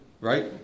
right